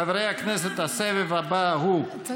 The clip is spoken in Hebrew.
חברי הכנסת, הסבב הבא הוא, אז מה?